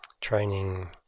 training